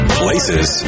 places